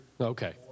okay